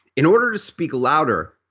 in order to speak louder,